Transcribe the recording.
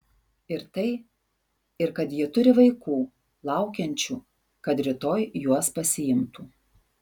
ir tai ir kad ji turi vaikų laukiančių kad rytoj juos pasiimtų